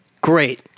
Great